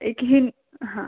एक लीन्ह हां